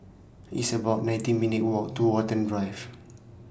It's about nineteen minutes' Walk to Watten Drive